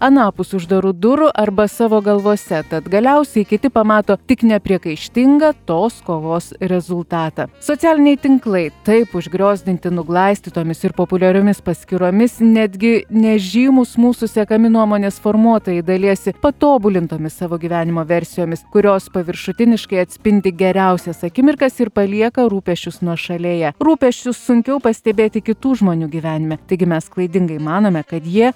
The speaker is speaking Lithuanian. anapus uždarų durų arba savo galvose tad galiausiai kiti pamato tik nepriekaištingą tos kovos rezultatą socialiniai tinklai taip užgriozdinti nuglaistytomis ir populiariomis paskyromis netgi nežymūs mūsų sekami nuomonės formuotojai dalijasi patobulintomis savo gyvenimo versijomis kurios paviršutiniškai atspindi geriausias akimirkas ir palieka rūpesčius nuošalėje rūpesčius sunkiau pastebėti kitų žmonių gyvenime taigi mes klaidingai manome kad jie